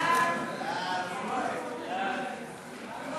סעיפים 1 2